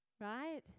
right